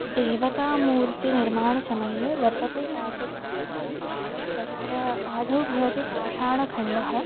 देवतामूर्तिनिर्माणसमये वर्तते काचित् पद्धतिः तत्र आदौ भवति पाषाणखण्डः